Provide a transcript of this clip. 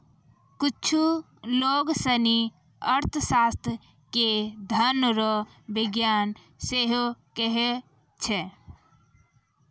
कुच्छु लोग सनी अर्थशास्त्र के धन रो विज्ञान सेहो कहै छै